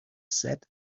said